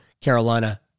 Carolina